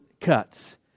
cuts